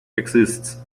exists